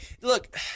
look